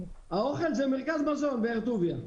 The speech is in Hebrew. האוכל זה מרכז מזון, באר טוביה.